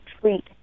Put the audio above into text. treat